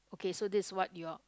okay so this what your